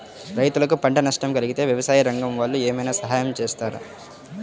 రైతులకు పంట నష్టం కలిగితే వ్యవసాయ రంగం వాళ్ళు ఏమైనా సహాయం చేస్తారా?